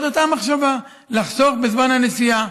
זו הייתה המחשבה, לחסוך בזמן הנסיעה.